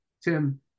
Tim